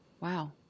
wow